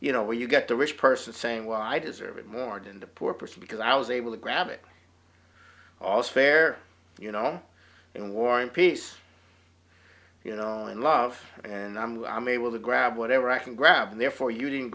you know where you get the rich person saying well i deserve it martin the poor person because i was able to grab it also fair you know and war and peace you know and love and i'm glad i'm able to grab whatever i can grab and therefore you didn't